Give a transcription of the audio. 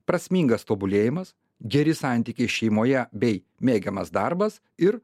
prasmingas tobulėjimas geri santykiai šeimoje bei mėgiamas darbas ir